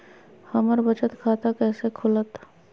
हमर बचत खाता कैसे खुलत?